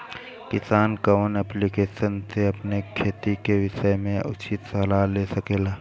किसान कवन ऐप्लिकेशन से अपने खेती के विषय मे उचित सलाह ले सकेला?